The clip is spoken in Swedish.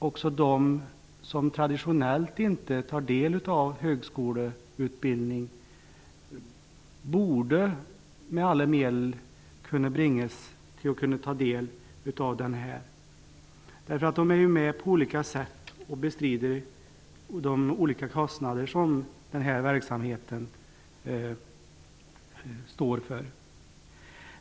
Också de som traditionellt inte tar del av högskoleutbildning borde, i ett demokratiskt perspektiv, med alla medel bringas möjlighet att ta del av den. De är ju på olika sätt med och bestrider de olika kostnader som högskoleverksamheten innebär.